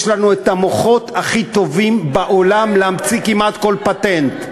יש לנו את המוחות הכי טובים בעולם להמציא כמעט כל פטנט.